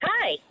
Hi